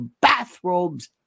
bathrobes